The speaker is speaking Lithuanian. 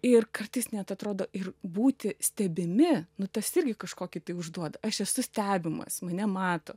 ir kartais net atrodo ir būti stebimi nu tas irgi kažkokį tai užduoda aš esu stebimas mane mato